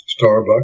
Starbucks